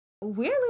weirdly